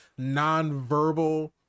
nonverbal